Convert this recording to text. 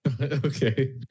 okay